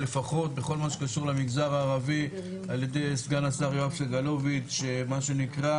לפחות בכל מה שקשור למגזר הערבי על ידי סגן השר יואב סגלוביץ שמה שנקרא